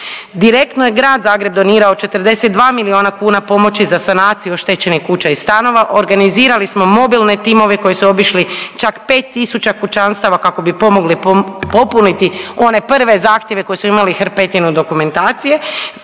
direktno je grad Zagreb donirao 42 milijuna kuna pomoći za sanaciju oštećenih kuća i stanova, organizirali smo mobilne timove koji su obišli čak 5.000 kućanstava kako bi pomogli popuniti one prve zahtjeve koje su imali hrpetinu dokumentacije